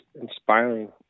inspiring